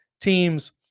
teams –